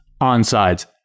onsides